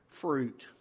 fruit